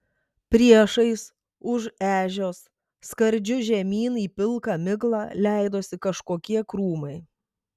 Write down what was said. priešais už ežios skardžiu žemyn į pilką miglą leidosi kažkokie krūmai